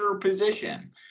position